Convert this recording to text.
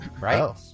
Right